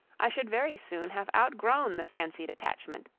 i should very soon have outgrown the fancied attachment,